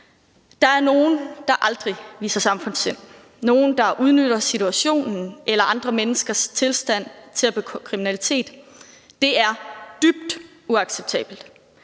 Der er nogle, der aldrig viser samfundssind, nogle, der udnytter situationen eller andre menneskers tilstand til at begå kriminalitet. Det er dybt uacceptabelt.